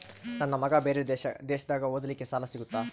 ನನ್ನ ಮಗ ಬೇರೆ ದೇಶದಾಗ ಓದಲಿಕ್ಕೆ ಸಾಲ ಸಿಗುತ್ತಾ?